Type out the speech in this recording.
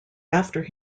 after